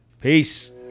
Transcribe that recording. Peace